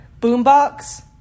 Boombox